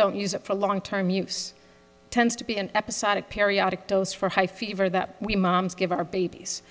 don't use it for long term use tends to be an episodic periodic dose for high fever that we moms give our babies